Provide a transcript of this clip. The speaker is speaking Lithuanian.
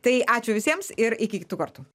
tai ačiū visiems ir iki kitų kartų